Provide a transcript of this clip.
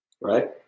Right